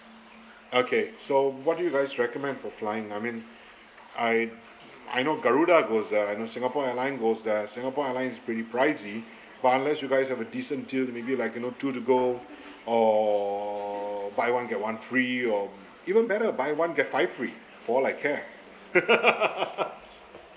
okay so what do you guys recommend for flying I mean I I know garuda goes there I know singapore airline goes there singapore airline is pretty pricey but unless you guys have a decent deal that to maybe like you know be like two to go or buy one get one free or even better buy one get five free for all I care